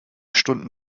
stunden